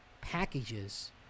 packages